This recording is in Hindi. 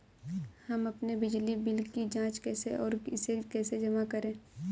हम अपने बिजली बिल की जाँच कैसे और इसे कैसे जमा करें?